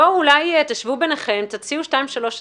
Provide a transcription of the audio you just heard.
אולי תשבו ביניכם ותציעו שתיים-שלוש הצעות.